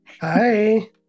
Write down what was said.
Hi